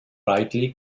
brightly